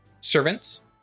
servants